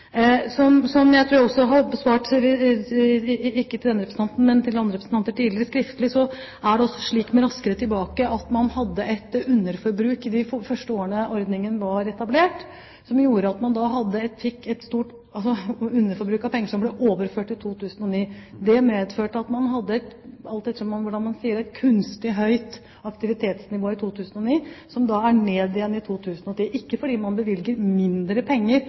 Som jeg tidligere også har svart andre representanter skriftlig, hadde man med Raskere tilbake et underforbruk de første årene ordningen var etablert – man fikk da et stort underforbruk av penger, som ble overført til 2009. Det medførte at man hadde – alt ettersom hvordan man ser det – et kunstig høyt aktivitetsnivå i 2009. Aktivitetsnivået gikk ned igjen i 2010 – ikke fordi man bevilget mindre penger